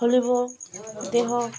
ଖୁଲିବ ଦେହ